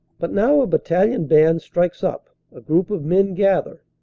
but now a battalion band strikes up, a group of men gather,